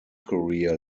career